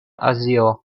azio